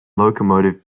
locomotive